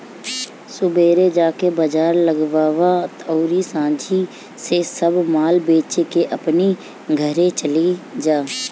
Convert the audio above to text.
सुबेरे जाके बाजार लगावअ अउरी सांझी से सब माल बेच के अपनी घरे चली जा